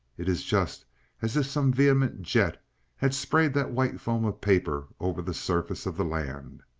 it is just as if some vehement jet had sprayed that white foam of papers over the surface of the land.